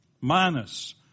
minus